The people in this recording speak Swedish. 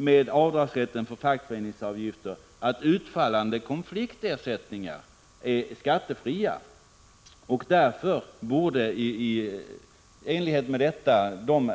Med avdragsrätten för fackföreningsavgifter är det ju så att utfallande konfliktersättningar är skattefria, och i enlighet med det borde de